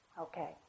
Okay